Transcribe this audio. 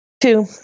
two